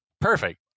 Perfect